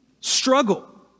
struggle